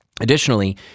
Additionally